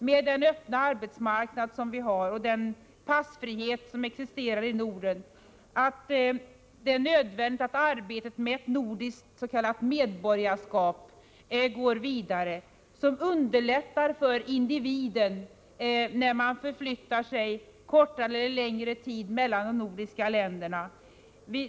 Med den öppna arbetsmarknad som vi har och med den passfrihet som existerar i Norden finns det anledning att understryka att det är nödvändigt att arbetet med ett s.k. nordiskt medborgarskap går vidare. Ett sådant skulle underlätta för människorna att under en längre eller kortare tid vistas i något nordiskt grannland.